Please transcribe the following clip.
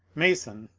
mason,